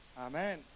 amen